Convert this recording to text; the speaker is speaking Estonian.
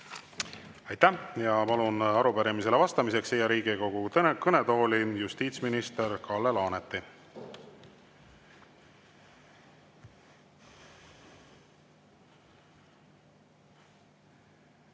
Aitäh! Palun arupärimisele vastamiseks Riigikogu kõnetooli justiitsminister Kalle Laaneti.